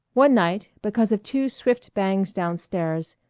one night, because of two swift bangs down-stairs,